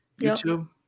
YouTube